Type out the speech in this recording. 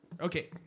Okay